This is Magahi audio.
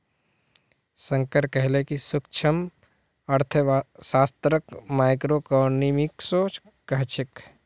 शंकर कहले कि सूक्ष्मअर्थशास्त्रक माइक्रोइकॉनॉमिक्सो कह छेक